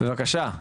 בבקשה.